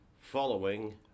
following